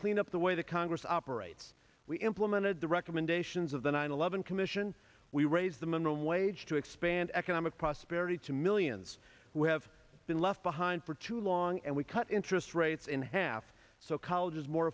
clean up the way the congress operates we implemented the recommendations of the nine eleven commission we raise the minimum wage to expand economic prosperity to millions who have been left behind for too long and we cut interest rates in half so colleges more